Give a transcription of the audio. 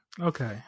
Okay